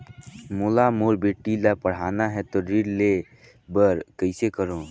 मोला मोर बेटी ला पढ़ाना है तो ऋण ले बर कइसे करो